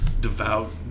devout